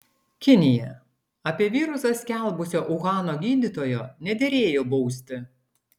kinija apie virusą skelbusio uhano gydytojo nederėjo bausti